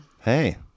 Hey